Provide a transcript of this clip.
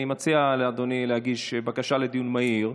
אני מציע לאדוני להגיש בקשה לדיון מהיר,